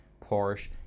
Porsche